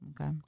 Okay